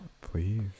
please